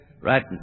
right